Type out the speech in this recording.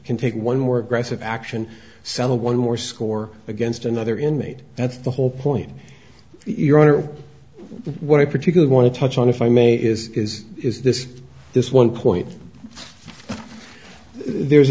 can take one more aggressive action settle one more score against another inmate that's the whole point your honor what i particularly want to touch on if i may is is is this this one point there's